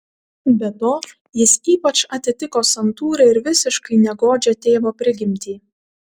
be to jis ypač atitiko santūrią ir visiškai negodžią tėvo prigimtį